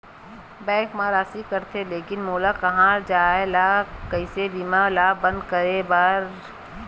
Bank मा राशि कटथे लेकिन मोला कहां जाय ला कइसे बीमा ला बंद करे बार?